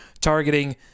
targeting